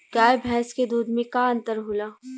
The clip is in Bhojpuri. गाय भैंस के दूध में का अन्तर होला?